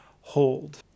hold